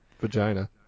vagina